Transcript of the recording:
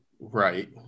right